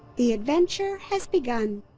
the adventure has begun!